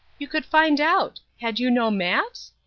you could find out. had you no maps?